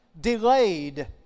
delayed